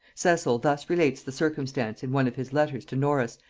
cecil thus relates the circumstance in one of his letters to norris,